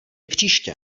příště